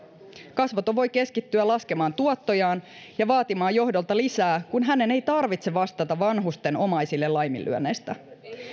kasvoton voi keskittyä laskemaan tuottojaan ja vaatimaan johdolta lisää kun hänen ei tarvitse vastata vanhusten omaisille laiminlyönneistä